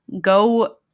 Go